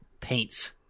paints